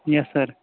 yes sir